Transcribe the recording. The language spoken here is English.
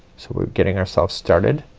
so we're getting ourselves started